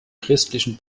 christlichen